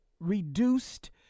Reduced